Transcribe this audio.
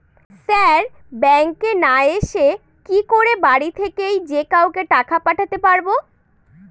Sir ব্যাঙ্কে না এসে কি করে বাড়ি থেকেই যে কাউকে টাকা পাঠাতে পারবো?